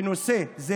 שם את הנושא הזה